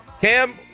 Cam